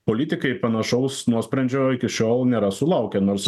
politikai panašaus nuosprendžio iki šiol nėra sulaukę nors